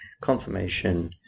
Confirmation